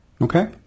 Okay